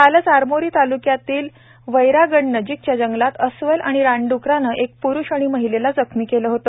कालच आरमोरी तालुक्यातील वैरागडनजीकच्या जंगलात अस्वल आणि रानडुकराने एक पुरुष आणि महिलेला जखमी केले होते